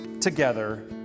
together